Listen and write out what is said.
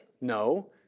No